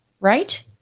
right